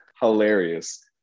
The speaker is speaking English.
hilarious